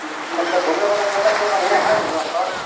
मतलब घुमैवला जगहसब बढ़िआँ हइ वहाँपर